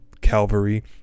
Calvary